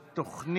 תשעה.